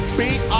beat